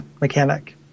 mechanic